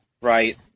right